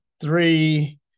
three